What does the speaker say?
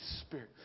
Spirit